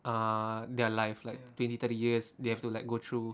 ah their life like twenty thirty years they have to like go through